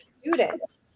students